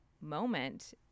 moment